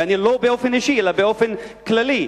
לא באופן אישי אלא באופן כללי,